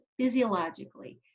physiologically